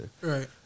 Right